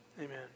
Amen